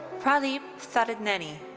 pradeep thatineni.